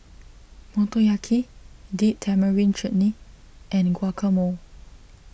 Motoyaki Date Tamarind Chutney and Guacamole